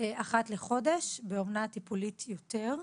אחת לחודש, באומנה הטיפולית יותר.